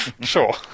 Sure